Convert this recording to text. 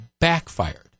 backfired